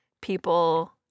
people